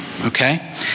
Okay